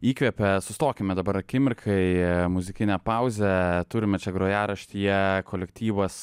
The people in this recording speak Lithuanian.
įkvepia sustokime dabar akimirkai muzikinę pauzę turime čia grojaraštyje kolektyvas